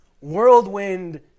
whirlwind